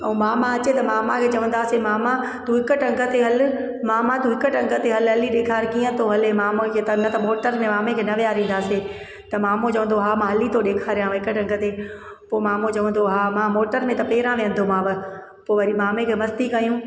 ऐं मामा अचे त मामा खे चवंदा हुआसीं मामा तूं हिक टंग ते हल मामा तूं हिक टंग ते हल हली ॾेखार कीअं थो हले मामो कीअं त न त मोटर में मामे खे न विहारींदासीं त मामो चवंदो हुओ हा मां हली थो ॾेखारियांव हिक टंग ते पोइ मामो चवंदो हा मां मोटर में त पहिरां विहंदोमांव पोइ वरी मामे खे मस्ती कयूं